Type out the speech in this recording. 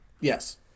Yes